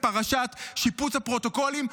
בפרשת שיפוץ הפרוטוקולים,